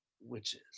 witches